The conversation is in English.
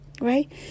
right